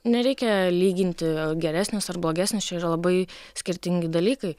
nereikia lyginti geresnės ar blogesnės čia yra labai skirtingi dalykai